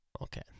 Okay